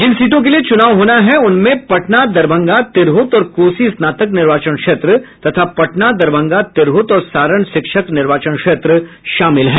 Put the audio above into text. जिन सीटों के लिए चुनाव होना है उनमें पटना दरभंगा तिरहुत और कोसी स्नातक निर्वाचन क्षेत्र तथा पटना दरभंगा तिरहुत और सारण शिक्षक निर्वाचन क्षेत्र शामिल हैं